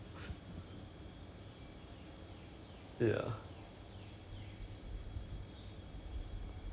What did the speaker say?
她只是 just unhappy about it right but 没有 like whether the job can can you know any time fire her or anything